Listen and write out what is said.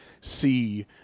see